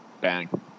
Bang